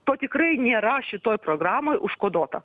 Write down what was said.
to tikrai nėra šitoj programoj užkodota